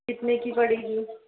कितने की पड़ेगी